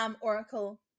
Oracle